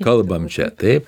kalbame čia taip